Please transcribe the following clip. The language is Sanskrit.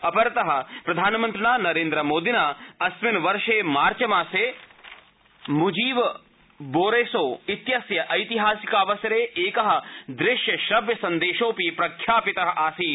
अपरत प्रधानमन्त्रिणा श्रीनरेन्द्रमोदिना अस्मिन् वर्षे मार्च मासे म्जीब बोरेशो इत्यस्य ऐतिहासिकावसरे एक दृश्यश्रव्यसन्देशोऽपि प्रख्यापित आसीत्